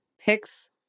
picks